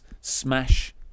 smash